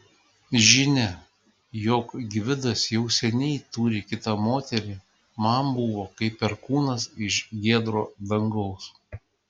žinia jog gvidas jau seniai turi kitą moterį man buvo kaip perkūnas iš giedro dangaus